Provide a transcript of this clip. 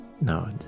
No